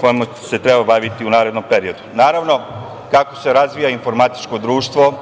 kojim se treba baviti u narednom periodu. Naravno, kako se razvija informatičko društvo,